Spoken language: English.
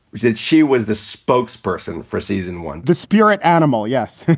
that she was the spokesperson for season one, the spirit animal. yes.